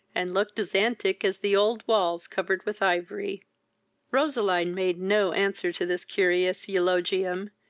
and looked as antic as the old walls covered with ivory roseline made no answer to this curious eulogium,